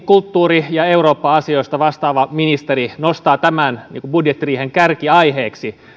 kulttuuri ja eurooppa asioista vastaava ministeri nostaa tämän budjettiriihen kärkiaiheeksi